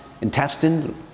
Intestine